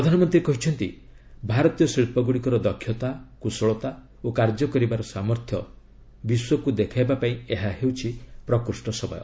ପ୍ରଧାନମନ୍ତ୍ରୀ କହିଛନ୍ତି ଭାରତୀୟ ଶିଳ୍ପଗୁଡ଼ିକର ଦକ୍ଷତା କୁଶଳତା ଓ କାର୍ଯ୍ୟ କରିବାର ସାମର୍ଥ୍ୟ ବିଶ୍ୱକ୍ରକ ଦେଖାଇବାପାଇଁ ଏହା ହେଉଛି ପ୍ରକୃଷ୍ଣ ସମୟ